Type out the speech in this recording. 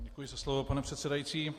Děkuji za slovo, pane předsedající.